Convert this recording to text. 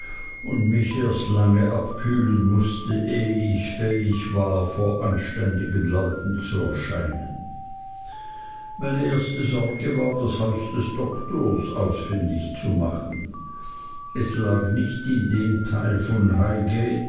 und mich erst lange abkühlen mußte ehe ich fähig war vor anständigen leuten zu erscheinen meine erste sorge war das haus des doktors ausfindig zu machen es lag nicht in dem teil von